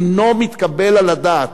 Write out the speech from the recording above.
אינו מתקבל על הדעת.